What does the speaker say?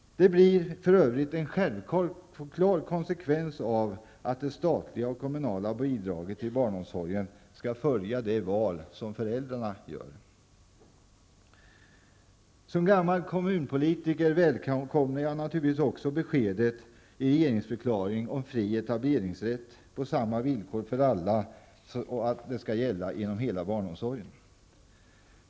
Det blir för övrigt en självklar konsekvens av att det statliga och kommunala bidraget till barnomsorgen skall följa det val som föräldrarna gör. Som gammal kommunpolitiker välkomnar jag naturligtvis också beskedet i regeringsförklaringen att fri etableringsrätt på samma villkor för alla skall gälla inom hela barnomsorgen.